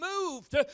moved